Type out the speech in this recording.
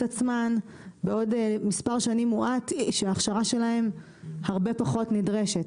עצמן בעוד מספר שנים מועט שההכשרה שלהן הרבה פחות נדרשת.